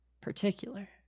particular